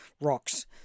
rocks